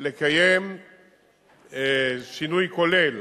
לקיים שינוי כולל